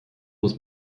muss